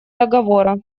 договора